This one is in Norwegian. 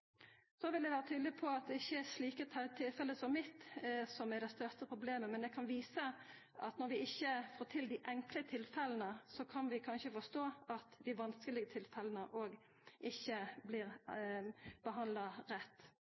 Så vil eg vera tydeleg på at det ikkje er slike tilfelle som mitt som er det største problemet, men det kan visa at når vi ikkje får det til i dei enkle tilfella, kan vi kanskje forstå at dei vanskelege tilfella ikkje blir behandla rett.